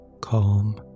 calm